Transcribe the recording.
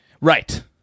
Right